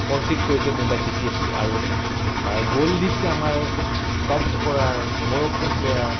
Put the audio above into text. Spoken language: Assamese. কনচিট কৰিছে মুম্বাই চিটি এফ চি আৰু আমাৰ গ'ল দিছে আমাৰ টপ স্ক'ৰাৰ মৰক্কণ প্লেয়াৰ